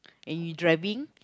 are you driving